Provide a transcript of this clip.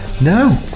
no